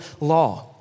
law